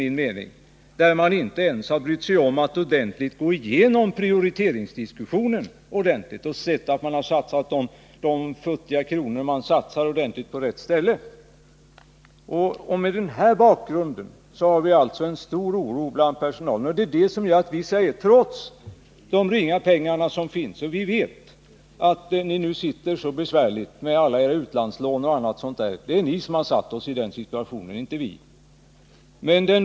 Man har inte ens brytt sig om att ordentligt gå igenom det hela för att se efter att prioriteringen blir riktig, dvs. att de futtiga kronor som man satsar blir satsade på rätt ställe. Detta är bakgrunden till att det råder en mycket stor oro bland personalen. Vi vet att ni nu sitter illa till med alla era utlandslån och annat, men det är ni som har satt oss i den situationen, inte vi.